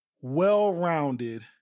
well-rounded